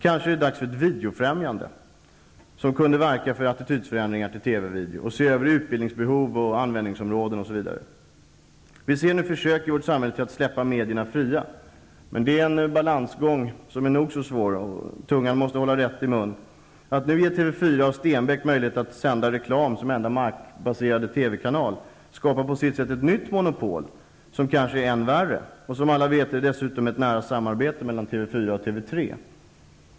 Kanske är det dags för ett videofrämjande, som kunde verka för förändringar av attityden till TV och video och se över utbildningsbehov, användningsområden osv. Vi ser nu försök i vårt samhälle till att släppa medierna fria. Det är en balansgång som är nog så svår. Tungan måste hållas rätt i mun. Att nu ge TV 4 och Stenbeck möjligheten att sända reklam som enda markbaserade TV-kanal skapar på sitt sätt ett nytt monopol, som kanske är än värre. Som alla vet finns det dessutom ett nära samarbete mellan TV 4 och TV 3.